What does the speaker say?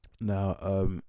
Now